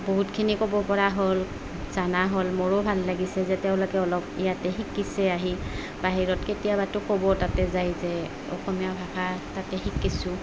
বহুতখিনি ক'ব পৰা হ'ল জানা হ'ল মোৰো ভাল লাগিছে যে তেওঁলোকে অলপ ইয়াতে শিকিছে আহি বাহিৰত কেতিয়াবাতো ক'ব তাতে যায় যে অসমীয়া ভাষা তাতে শিকিছোঁ